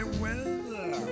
weather